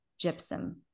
Gypsum